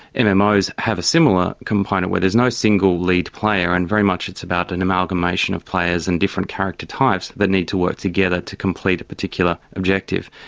and mmos have a similar component where there's no single lead player, and very much it's about an amalgamation of player and different character types that need to work together to complete a particular objective.